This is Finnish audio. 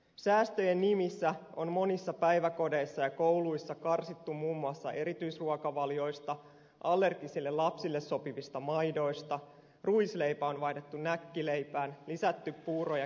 säästöjen nimissä on monissa päiväkodeissa ja kouluissa karsittu muun muassa erityisruokavalioista allergisille lapsille sopivista maidoista ruisleipä on vaihdettu näkkileipään on lisätty puuro ja keittopäiviä